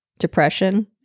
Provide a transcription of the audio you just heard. depression